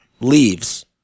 leaves